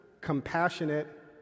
compassionate